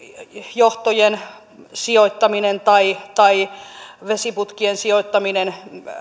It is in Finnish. johtojen sijoittaminen tai tai vesiputkien sijoittaminen